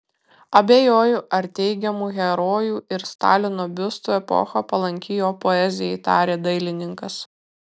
abejoju ar teigiamų herojų ir stalino biustų epocha palanki jo poezijai tarė dailininkas